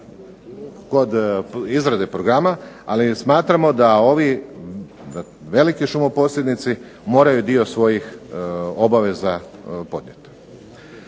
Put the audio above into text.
kod izrade programa, ali i smatramo da ovi veliki šumoposjednici moraju dio svojih obaveza podnijeti.